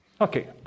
Okay